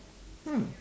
hmm